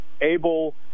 able